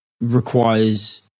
requires